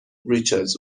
richards